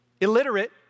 illiterate